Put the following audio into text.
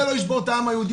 זה לא ישבור את העם היהודי,